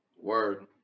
Word